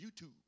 YouTube